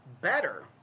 better